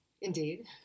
Indeed